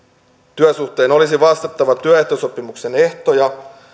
työsuhteen olisi vastattava työehtosopimuksen ehtoja